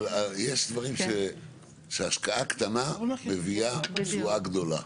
אבל, יש דברים שהשקעה קטנה מביאה תשואה גדולה.